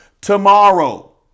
tomorrow